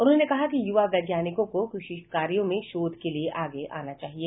उन्होंने कहा कि युवा वैज्ञानिकों को कृषि कार्यों में शोध के लिए आगे आना चाहिए